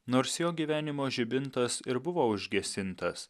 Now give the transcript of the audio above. nors jo gyvenimo žibintas ir buvo užgesintas